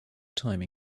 time